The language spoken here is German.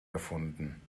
erfunden